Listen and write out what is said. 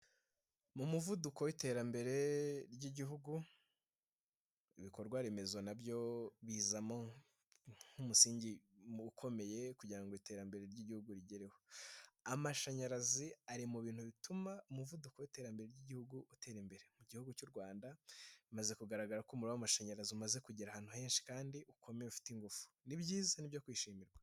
Mu muvuduko w'iterambere ry'Igihugu. Ibikorwa remezo nabyo bizamo nk'umusingi ukomeye kugira ngo iterambere ry'Igihugu rigereho. Amashanyarazi ari mu bintu bituma umuvuduko w'iterambere ry'Igihugu utera imbere. Mu gihugu cy'u Rwanda bimaze kugaragara ko umuriro w'amashanyarazi umaze kugera ahantu henshi kandi ukomeye ufite ingufu, ni byiza ni byo kwishimirwa